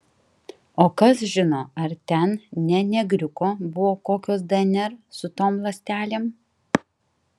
o kas žino ar ten ne negriuko buvo kokios dnr su tom ląstelėm